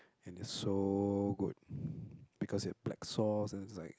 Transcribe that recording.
and it's so good because it black sauce and it's like